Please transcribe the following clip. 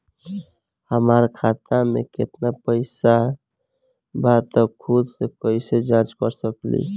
हमार खाता में केतना पइसा बा त खुद से कइसे जाँच कर सकी ले?